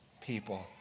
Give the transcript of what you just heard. people